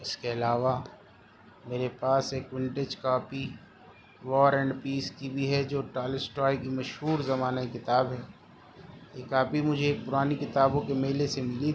اس کے علاوہ میرے پاس ایک vintage copy War and Peace کی بھی ہے جو ٹالسٹائے کی مشہورِ زمانہ کتاب ہے یہ کاپی مجھے ایک پرانی کتابوں کے میلے سے ملی تھی